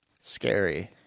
scary